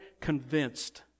convinced